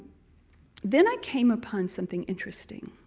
then, i came upon something interesting.